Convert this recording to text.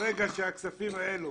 ברגע שהכספים האלה